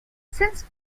since